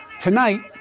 Tonight